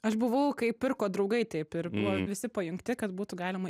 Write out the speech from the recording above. aš buvau kai pirko draugai taip ir buvo visi pajungti kad būtų galima